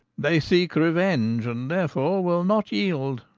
they seeke reuenge, and therefore will not yeeld?